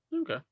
Okay